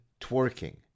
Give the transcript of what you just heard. twerking